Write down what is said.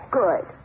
good